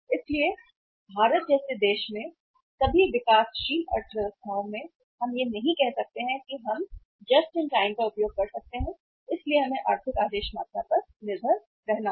इसलिए भारत जैसे देश में सभी विकासशील अर्थव्यवस्थाओं में हम यह नहीं कह सकते हैं कि हम जेआईटी का उपयोग कर सकते हैं इसलिए हमें आर्थिक आदेश मात्रा पर निर्भर रहना होगा